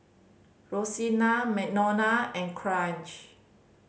Rosena Madonna and Kraig